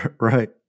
Right